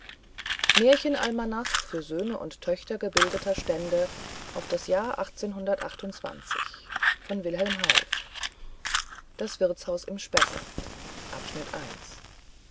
hauff märchen almanach für söhne und töchter gebildeter stände auf das jahr das wirtshaus im spessart